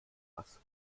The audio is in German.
was